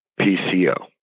PCO